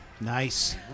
Nice